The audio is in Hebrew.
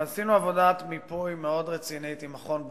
עשינו עבודת מיפוי מאוד רצינית עם מכון ברוקדייל,